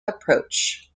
approach